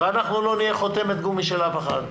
ואנחנו לא נהיה חותמת גומי של אף אחד.